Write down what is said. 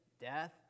death